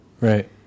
right